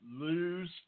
lose